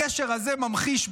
הגשר הזה ממחיש,